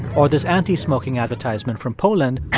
or this anti-smoking advertisement from poland.